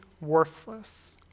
worthless